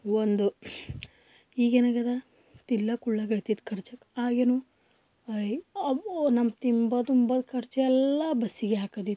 ಒಂದು ಈಗೇನಾಗ್ಯದ ತಿನ್ನೊಕ್ಕೆ ಉಣ್ಣೊಕಾಗ್ತಿತ್ತು ಖರ್ಚಾಕ್ಕೆ ಆಗೇನು ಅಯ್ಯೋ ಅಬ್ಬೋ ನಮ್ದು ತಿನ್ನೋದು ಉಣ್ಣೋದು ಖರ್ಚು ಎಲ್ಲ ಬಸ್ಸಿಗೆ ಹಾಕೋದಿತ್ತು